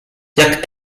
jak